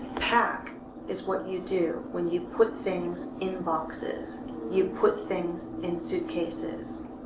pack is what you do when you put things in boxes. you put things in suitcases.